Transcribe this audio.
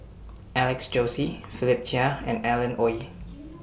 Alex Josey Philip Chia and Alan Oei